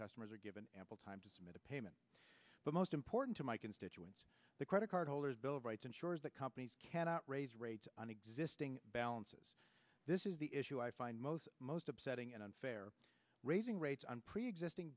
customers are given ample time to submit a payment but most important to my constituents the credit card holders bill of rights ensures that companies cannot raise rates on existing balances this is the issue i find most most upsetting and unfair raising rates on preexisting